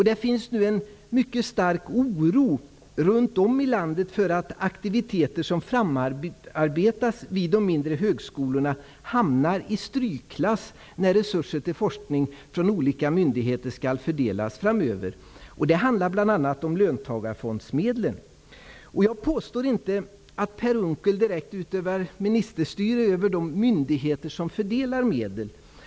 Det finns nu en mycket stark oro runt om i landet för att aktiviteter som tas fram vid de mindre högskolorna hamnar i strykklass när resurser till forskning från olika myndigheter skall fördelas framöver. Det handlar bl.a. om löntagarfondsmedlen. Jag påstår inte direkt att Per Unckel utövar ministerstyre över de myndigheter som fördelar medel.